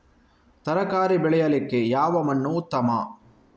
ತರಕಾರಿ ಬೆಳೆಯಲಿಕ್ಕೆ ಯಾವ ಮಣ್ಣು ಉತ್ತಮ?